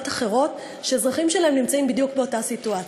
אחרות שאזרחים שלהם נמצאים בדיוק באותה סיטואציה,